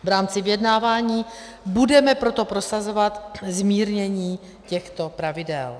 V rámci vyjednávání budeme proto prosazovat zmírnění těchto pravidel.